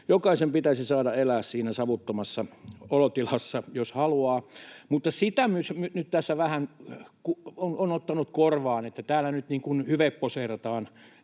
jokaisen pitäisi saada elää savuttomassa olotilassa, jos haluaa. Mutta se myös tässä vähän nyt on ottanut korvaan, että täällä nyt niin kuin hyveposeerataan